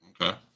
Okay